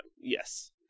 yes